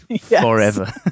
forever